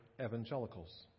evangelicals